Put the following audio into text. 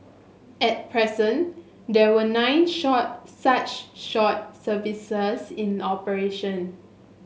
at present there were nine short such short services in operation